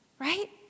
right